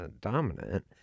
dominant